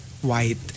white